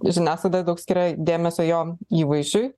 žiniasklaidoj daug skiria dėmesio jo įvaizdžiui